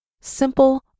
Simple